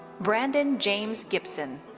brandon james gipson.